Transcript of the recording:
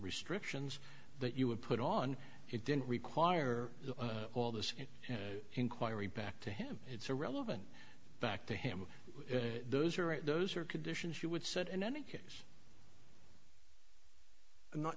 restrictions that you would put on it didn't require all this inquiry back to him it's irrelevant back to him those are right those are conditions you would set in any case i'm not